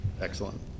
Excellent